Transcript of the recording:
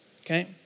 Okay